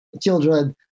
children